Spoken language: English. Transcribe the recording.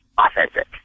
authentic